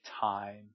time